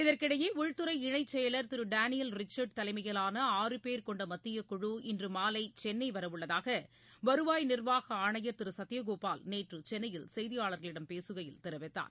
இதற்கிடையே உள்துறை இணை செயலர் திரு டேனியல் ரிச்சர்ட் தலைமையிலாள ஆறு பேர் கொண்ட மத்திய குழு இன்று மாலை சென்னை வர உள்ளதாக வருவாய் நிர்வாக ஆணையர் திரு சத்தியகோபால் நேற்று சென்னையில் செய்தியாளர்களிடம் பேசுகையில் தெரிவித்தார்